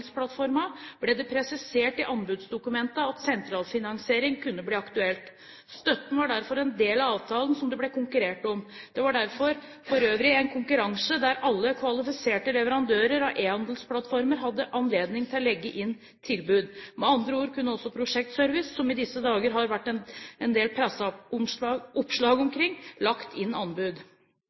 ble det presisert i anbudsdokumentet at sentralfinansiering kunne bli aktuelt. Støtten var derfor en del av avtalen som det ble konkurrert om. Det var for øvrig en konkurranse der alle kvalifiserte leverandører av e-handelsplattformer hadde anledning til å legge inn tilbud. Med andre ord kunne også Prosjektservice, som det i disse dager har vært en del presseoppslag om, lagt inn anbud.